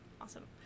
Awesome